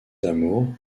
d’amour